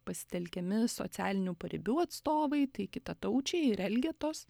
pasitelkiami socialinių paribių atstovai tai kitataučiai ir elgetos